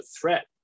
threat